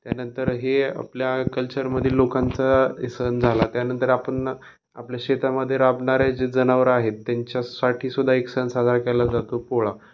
त्यानंतर हे आपल्या कल्चरमध्ये लोकांचा हे सण झाला त्यानंतर आपण आपल्या शेतामध्ये राबणारे जे जनावरं आहेत त्यांच्यासाठी सुद्धा एक सण साजरा केला जातो पोळा